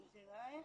זה לא היה.